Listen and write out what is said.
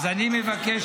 -- אז אני מבקש,